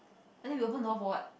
I think we open the door for what